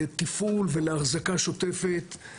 לתפעול ואחזקה שוטפת.